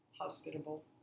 hospitable